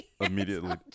immediately